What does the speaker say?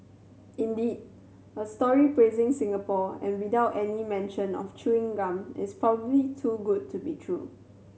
indeed a story praising Singapore and without any mention of chewing gum is probably too good to be true